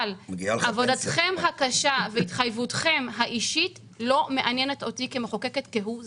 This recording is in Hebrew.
אבל עבודתכם הקשה והתחייבותכם האישית לא מעניינת אותי כמחוקקת כהוא זה.